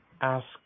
Ask